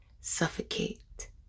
suffocate